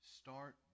start